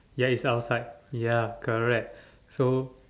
ya he's outside ya correct so